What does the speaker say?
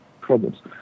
problems